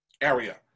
area